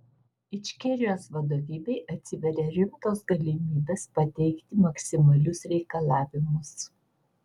ičkerijos vadovybei atsiveria rimtos galimybės pateikti maksimalius reikalavimus